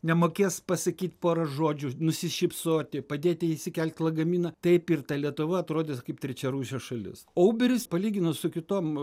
nemokės pasakyt porą žodžių nusišypsoti padėti įsikelt lagaminą taip ir ta lietuva atrodys kaip trečiarūšė šalis o uberis palyginus su kitom